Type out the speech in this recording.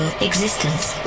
existence